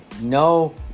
no